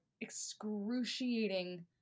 excruciating